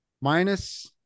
Minus